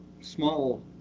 small